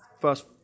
first